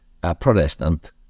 Protestant